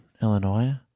Illinois